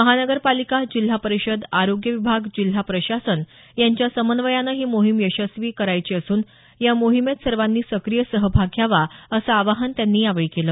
महानगर पालिका जिल्हा परिषद आरोग्य विभाग जिल्हा प्रशासन यांच्या समन्वयानं ही मोहीम यशस्वी करायची असून या मोहिमेत सर्वांनी सक्रीय सहभाग घ्यावा असं आवाहन त्यांनी यावेळी केलं